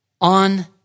On